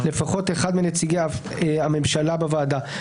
לפחות אחד מנציגי הממשלה בוועדה,